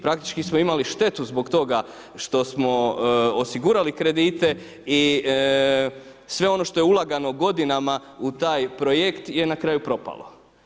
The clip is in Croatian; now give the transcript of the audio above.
Praktički smo imali štetu zbog toga što smo osigurali kredite i sve ono što je ulagano godinama u taj projekt je na kraju propalo.